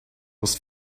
was